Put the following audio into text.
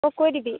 অঁ কৈ দিবি